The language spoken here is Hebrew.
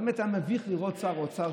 באמת היה מביך לראות שר אוצר,